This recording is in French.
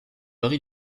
paris